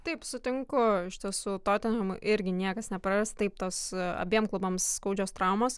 taip sutinku iš tiesų totenhemui irgi niekas neprarasta taip tos abiem klubams skaudžios traumos